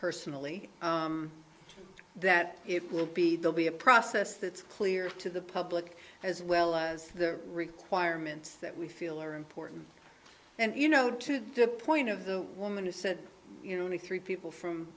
personally that it will be they'll be a process that's clear to the public as well as the requirements that we feel are important and you know to the point of the woman who said you know only three people from